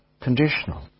conditional